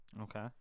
Okay